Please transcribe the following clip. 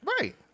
Right